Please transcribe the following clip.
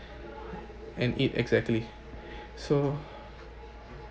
and eat exactly so